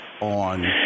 On